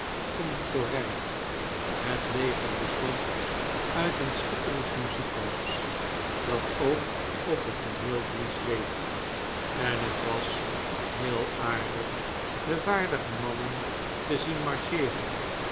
konditoreu het leger bestond uit een schitterend muziekkorps dat ook op het tooneel dienst deed en het was heel aardig de waardige mannen te zien marcheeren